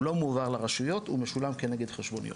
הוא לא מועבר לרשויות, הוא משולם כנגד חשבוניות.